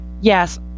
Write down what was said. yes